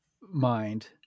mind